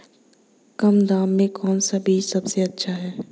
कम दाम में कौन सा बीज सबसे अच्छा है?